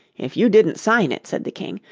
if you didn't sign it said the king,